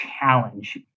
challenge